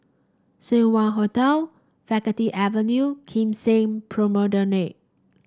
Seng Wah Hotel Faculty Avenue Kim Seng Promenade